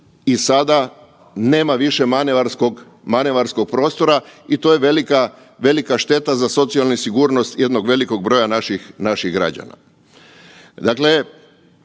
i sada nema više manevarskog prostora i to je velika šteta za socijalnu sigurnost jednog velikog broja naših građana.